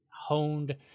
honed